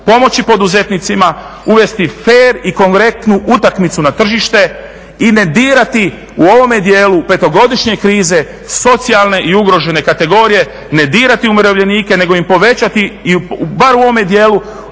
pomoći poduzetnicima, uvesti fer i korektnu utakmicu na tržište i ne dirati u ovome dijelu 5-godišnje krize socijalne i ugrožene kategorije, ne dirati umirovljenike nego im povećati i bar u ovome dijelu